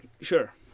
Sure